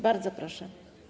Bardzo proszę.